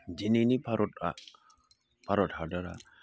दिनैनि भारत हादरा